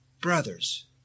brothers